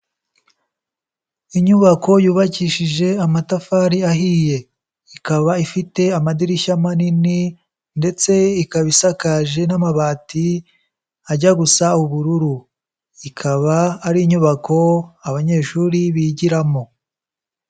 Inyubako yubakishije amatafari ahiye, ikaba ifite amadirishya manini ndetse ikaba isakaje n'amabati ajya gusa ubururu, ikaba ari inyubako abanyeshuri bigiramo.